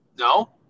No